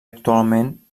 actualment